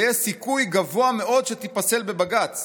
ויש סיכוי גבוה מאוד שתיפסל בבג"ץ,